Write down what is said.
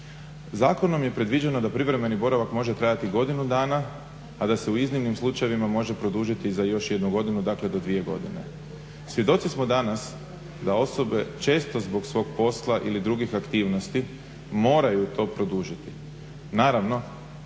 Zakonom je predviđeno da privremeni boravak može trajati godinu dana, a da se u iznimnim slučajevima može produžiti za još jednu godinu, dakle do dvije godine. Svjedoci smo danas da osobe često zbog svog posla ili drugih aktivnosti moraju to produžiti. Naravno,